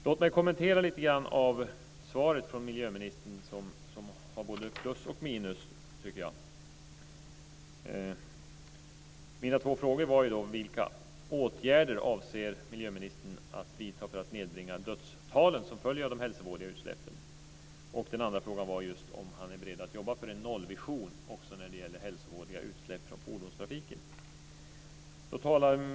Låt mig kommentera lite av svaret från miljöministern, som jag tycker har både plus och minus. Mina två frågor var vilka åtgärder miljöministern avser att vidta för att nedbringa dödstalen som följer av de hälsovådliga utsläppen samt om han är beredd att jobba för en nollvision också när det gäller hälsovådliga utsläpp från fordonstrafiken.